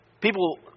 People